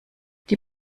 die